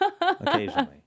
Occasionally